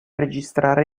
registrare